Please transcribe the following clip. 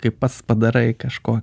kai pats padarai kažko